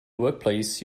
workplace